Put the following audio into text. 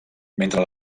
mentre